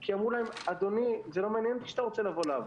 כי אמרו להם: זה לא מעניין אותי שאתם רוצים לעבוד,